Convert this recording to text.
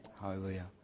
Hallelujah